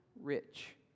rich